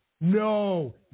No